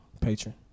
patron